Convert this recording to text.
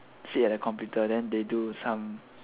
sit at the computer then there do some